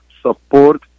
support